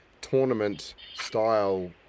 tournament-style